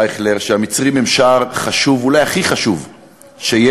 אייכלר, שהמצרים הם שער חשוב, אולי הכי חשוב שיש,